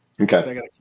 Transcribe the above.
Okay